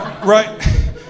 Right